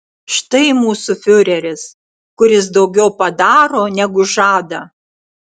štai mūsų fiureris kuris daugiau padaro negu žada